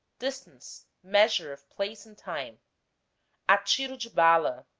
distance, measure of place and time atirodebala,